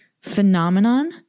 phenomenon